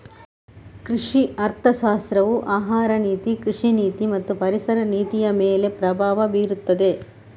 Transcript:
ಕೃಷಿ ಅರ್ಥಶಾಸ್ತ್ರವು ಆಹಾರ ನೀತಿ, ಕೃಷಿ ನೀತಿ ಮತ್ತು ಪರಿಸರ ನೀತಿಯಮೇಲೆ ಪ್ರಭಾವ ಬೀರುತ್ತದೆ